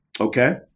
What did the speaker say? Okay